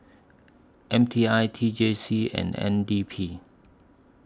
M T I T J C and N D P